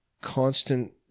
constant